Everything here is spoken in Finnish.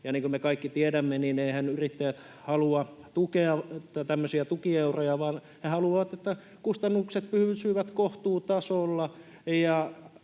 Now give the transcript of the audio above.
suuntaan. Me kaikki tiedämme, että eiväthän yrittäjät halua tämmöisiä tukieuroja, vaan he haluavat, että kustannukset pysyvät kohtuutasolla